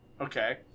Okay